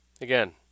again